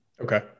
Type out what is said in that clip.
Okay